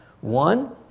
One